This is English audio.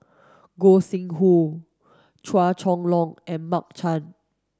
Gog Sing Hooi Chua Chong Long and Mark Chan